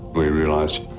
we realised,